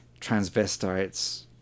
transvestites